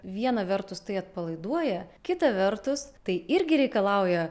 viena vertus tai atpalaiduoja kita vertus tai irgi reikalauja